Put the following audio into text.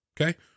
Okay